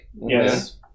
Yes